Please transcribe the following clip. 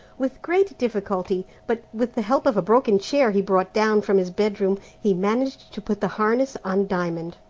with great difficulty, but with the help of a broken chair he brought down from his bedroom, he managed to put the harness on diamond.